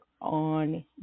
on